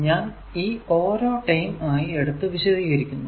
ഞാൻ ഈ ഓരോ ടെം ആയി എടുത്തു വിശദീകരിക്കുന്നു